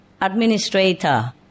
administrator